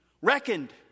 Reckoned